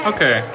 Okay